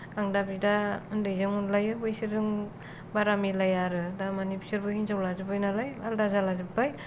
आं दा बिदा उन्दैजों अनलायो बैसोरजों बारा मेलाया आरो दामाने बिसोरबो हिनजाव लाजोब्बाय नालाय आलादा जालाजोब्बाय